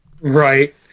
Right